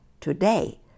today